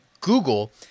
Google